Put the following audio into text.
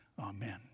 amen